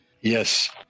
Yes